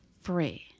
free